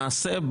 פה למעשה,